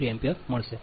33 ampere મળશે